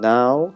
Now